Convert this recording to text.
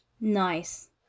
nice